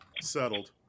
settled